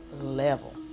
level